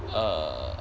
err